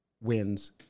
wins